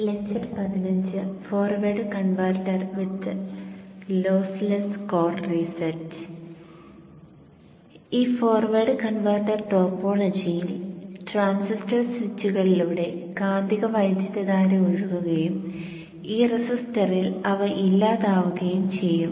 ഈ forward converter ടോപ്പോളജിയിൽ transistor സ്വിച്ചുകളിലൂടെ കാന്തിക വൈദ്യുതധാര ഒഴുകുകയും ഈ റെസിസ്റ്ററിൽ അവ ഇല്ലാതാവുകയും ചെയ്യും